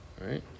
right